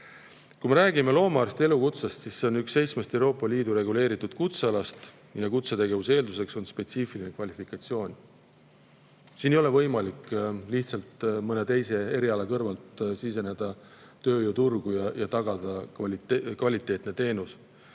lahendaksid. Loomaarsti elukutse on üks seitsmest Euroopa Liidu reguleeritud kutsealast ja kutsetegevuse eelduseks on spetsiifiline kvalifikatsioon. Siin ei ole võimalik lihtsalt mõne teise eriala kõrvalt siseneda tööjõuturule ja tagada kvaliteetne teenus.